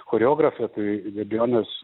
choreografė tai be abejonės